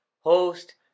host